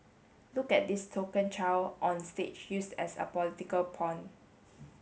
look at this token child on stage used as a political pawn